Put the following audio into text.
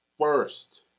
first